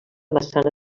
massana